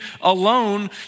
alone